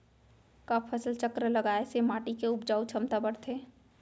का फसल चक्र लगाय से माटी के उपजाऊ क्षमता बढ़थे?